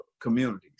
communities